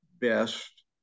best